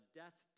death